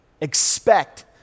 Expect